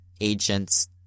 agents